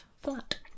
flat